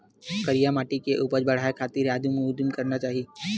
करिया माटी के उपज बढ़ाये खातिर का उदिम करना चाही?